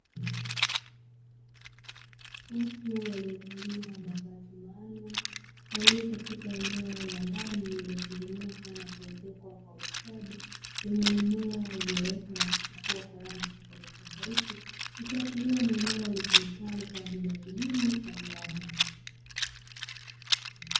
Watu waliovalia mavazi maalumu walio katika eneo la ndani lililotengenezwa na kuezekwa kwa ustadi lenye mimea iliyoota na kuchipua kwa rangi tofauti tofauti, ikiashiria ni eneo litumikalo kwa ajili ya kilimo cha viwanda.